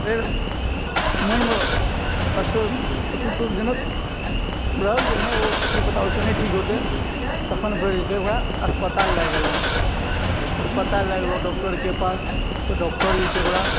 फेर मोनमे असन्तोष असन्तोषजनक रहल जे नहि ओ की पता ओहिसँ नहि ठीक होतै तखन फेर जे छै ओकरा अस्पताल लए गेलौं अस्पताल लए गेलहुँ डॉक्टरके पास तऽ डॉक्टर जे छै ओकरा